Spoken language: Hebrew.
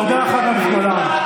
תודה, חבר הכנסת גולן.